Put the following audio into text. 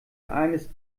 eines